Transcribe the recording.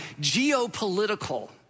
geopolitical